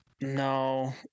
No